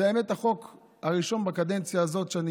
האמת היא שזה החוק הראשון בקדנציה הזאת שאני